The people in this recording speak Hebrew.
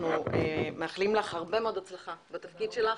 אנחנו מאחלים לך הרבה מאוד הצלחה בתפקיד שלך.